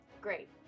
Great